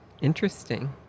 Interesting